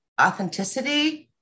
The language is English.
authenticity